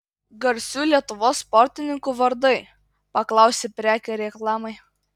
garsių lietuvos sportininkų vardai paklausi prekė reklamai